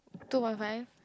two point five